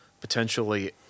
potentially